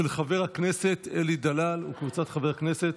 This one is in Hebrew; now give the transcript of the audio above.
של חבר הכנסת אלי דלל וקבוצת חברי הכנסת.